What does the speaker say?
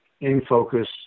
in-focus